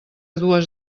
dues